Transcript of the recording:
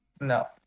No